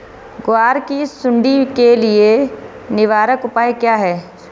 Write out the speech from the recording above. ग्वार की सुंडी के लिए निवारक उपाय क्या है?